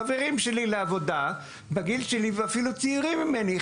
חברים שלי לעבודה שהם בגיל שלי ואפילו צעירים ממני,